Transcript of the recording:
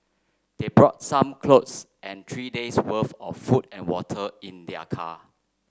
they brought some clothes and three days worth of food and water in their car